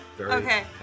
Okay